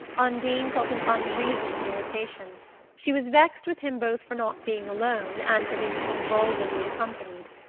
undine felt an unreasoning irritation she was vexed with him both for not being alone and for being so vulgarly accompanied.